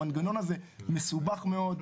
המנגנון הזה מסובך מאוד,